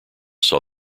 saw